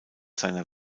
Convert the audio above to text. seiner